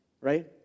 Right